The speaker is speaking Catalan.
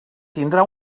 tindrà